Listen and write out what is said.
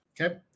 Okay